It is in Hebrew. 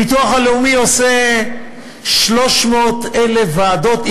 הביטוח הלאומי עושה 300,000 ועדות,